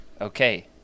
Okay